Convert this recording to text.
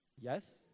Yes